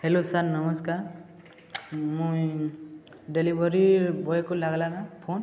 hello sir ନମସ୍କାର ମୁଇଁ delivery ବଏକୁ ଲାଗ୍ଲା କାଁ ଫୋନ୍